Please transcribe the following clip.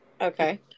Okay